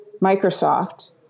Microsoft